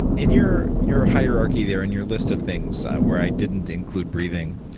in your your hierarchy there and your list of things where i didn't include breathing,